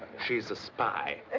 she's a spy.